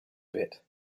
bit